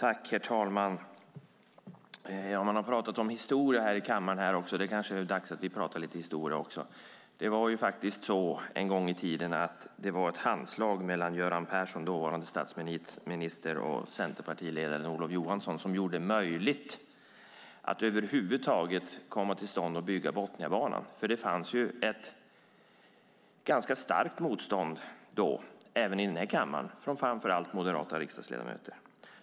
Herr talman! Man har talat om historia här i kammaren. Det kanske är dags att också vi talar lite om historia. Det var en gång i tiden ett handslag mellan dåvarande statsminister Göran Persson och centerpartiledaren Olof Johansson som gjorde det möjligt att över huvud taget bygga Botniabanan. Det fanns då ett ganska starkt motstånd även i den här kammaren från framför allt moderata riksdagsledamöter.